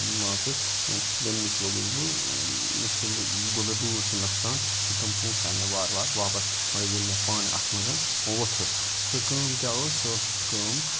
مان ژٕ تَمہِ نِش لوٚگُس بہٕ سُہ گوٚو مےٚ دوٗر سُہ نۄقصان تہٕ تِم پونٛسہٕ آے مےٚ وارٕ وارٕ واپَس مگر ییٚلہِ مےٚ پانہٕ اَتھ منٛز ووٚتھُس سُہ کٲم کیٛاہ ٲس سُہ ٲس کٲم